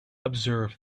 observe